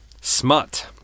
Smut